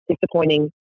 disappointing